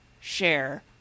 share